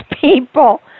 people